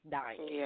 dying